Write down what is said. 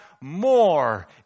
more